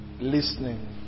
listening